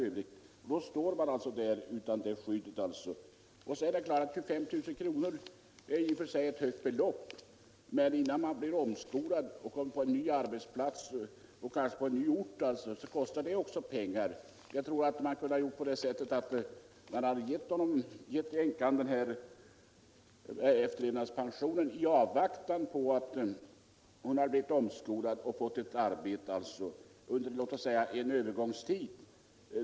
Om det då inträffar ett dödsfall har de inget skydd. 25 000 kr. är i och för sig ett högt belopp. Men innan vederbörande blivit omskolad och fått ett nytt arbete, kanske på en annan ort, kostar det mycket pengar. Man kunde ha gett dessa änkor efterlevnadspension för den tid som det tar för dem att skola om sig och skaffa ett arbete.